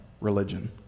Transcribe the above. religion